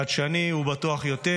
חדשני ובטוח יותר.